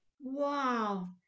wow